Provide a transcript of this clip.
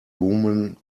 woman